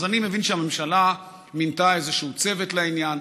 אז אני מבין שהממשלה מינתה איזשהו צוות לעניין,